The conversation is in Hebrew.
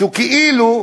שהוא כאילו,